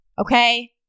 okay